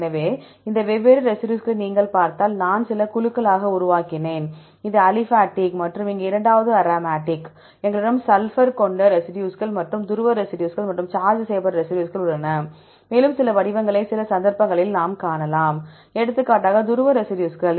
எனவே இந்த வெவ்வேறு ரெசிடியூஸ்களை நீங்கள் பார்த்தால் நான் சில குழுக்களாக உருவாக்கினேன் இது அலிபாடிக் மற்றும் இங்கே இரண்டாவது அரோமேட்டிக் எங்களிடம் சல்ஃபர் கொண்ட ரெசிடியூஸ்கள் மற்றும் துருவ ரெசிடியூஸ்கள் மற்றும் சார்ஜ் செய்யப்பட்ட ரெசிடியூஸ்கள் உள்ளன மேலும் சில வடிவங்களை சில சந்தர்ப்பங்களில் நாம் காணலாம் எடுத்துக்காட்டாக துருவ ரெசிடியூஸ்கள்